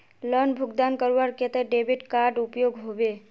Loan भुगतान करवार केते डेबिट कार्ड उपयोग होबे?